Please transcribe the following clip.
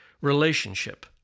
relationship